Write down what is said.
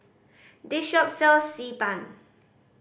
this shop sell Xi Ban